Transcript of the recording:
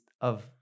of-